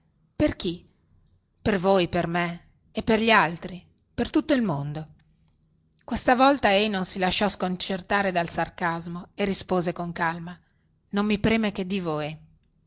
chi per voi per me e per gli altri per tutto il mondo questa volta ei non si lasciò sconcertare dal sarcasmo e rispose con calma non mi preme che di voi